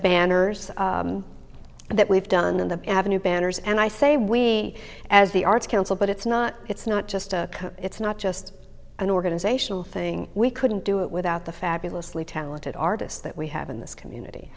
banners that we've done in the avenue banners and i say we as the arts council but it's not it's not just a it's not just an organizational thing we couldn't do it without the fabulously talented artists that we have in this community